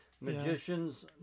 magicians